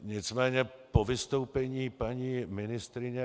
Nicméně po vystoupení paní ministryně